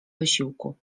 wysiłku